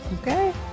Okay